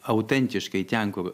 autentiškai ten kur